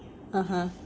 (uh huh)